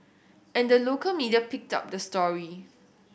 and the local media picked up the story